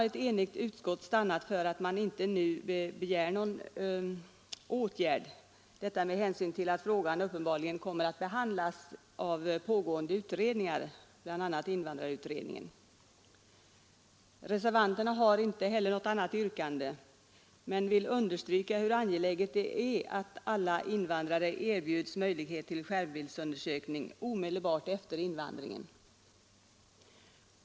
Ett enigt utskott har stannat för att inte nu begära någon åtgärd, detta med hänsyn till att frågan uppenbarligen kommer att behandlas av pågående utredningar, bl.a. invandrarutredningen. Reservanterna har inte heller något annat yrkande men vill understryka hur angeläget det är att alla invandrare erbjuds möjlighet till skärmbildsundersökning omedelbart efter invandringen.